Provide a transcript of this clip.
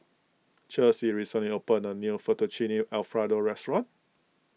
Chelsy recently opened a new Fettuccine Alfredo restaurant